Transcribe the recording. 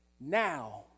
now